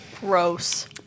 Gross